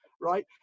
right